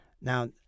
Now